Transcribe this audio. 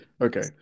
Okay